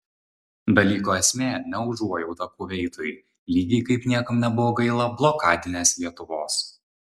dalyko esmė ne užuojauta kuveitui lygiai kaip niekam nebuvo gaila blokadinės lietuvos